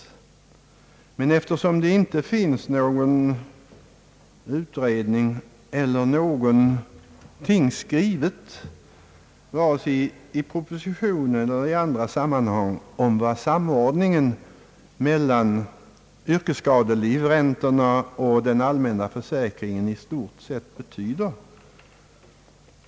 Emellertid finns det inte någon utredning eller någonting skrivet, vare sig i propositionen eller i andra sammanhang, om vad samordningen mellan yrkesskadelivräntorna och den allmänna försäkringen i stort sett betyder.